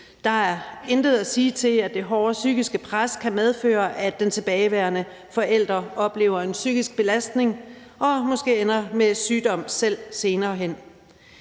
Der er intet at sige til, at det hårde psykiske pres kan medføre, at den tilbageværende forælder oplever en psykisk belastning og måske ender med sygdom selv senere hen.